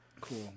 cool